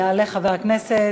יעלה חבר הכנסת